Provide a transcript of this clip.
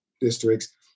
districts